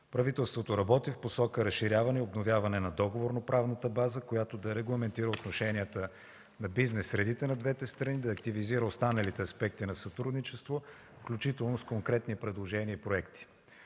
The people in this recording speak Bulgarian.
Правителството работи в посока разширяване и обновяване на договорно-правната база, която да регламентира отношенията на бизнес средите на двете страни, да активизира останалите аспекти на сътрудничество, включително с конкретни предложения и проекти.